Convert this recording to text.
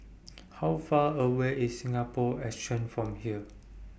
How Far away IS Singapore Exchange from here